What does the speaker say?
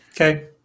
okay